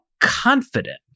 confident